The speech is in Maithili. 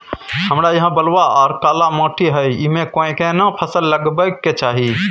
हमरा यहाँ बलूआ आर काला माटी हय ईमे केना फसल लगबै के चाही?